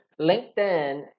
linkedin